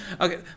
Okay